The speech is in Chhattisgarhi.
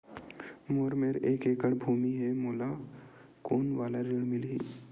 मोर मेर एक एकड़ भुमि हे मोला कोन वाला ऋण मिलही?